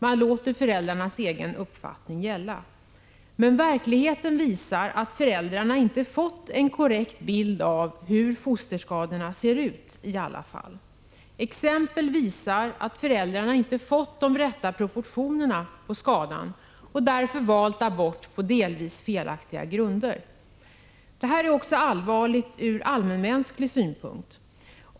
Man låter föräldrarnas egen uppfattning gälla. Men verklig — satsningar för Blekinge heten visar att föräldrarna inte alltid fått en korrekt bild av hur fosterskador — län na ser ut. Exempel visar att föräldrarna inte fått de rätta proportionerna på skadan och därför valt abort på delvis felaktiga grunder. Detta är allvarligt också från allmänmänsklig synpunkt.